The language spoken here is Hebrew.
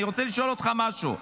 אני רוצה לשאול אותך משהו,